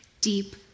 deep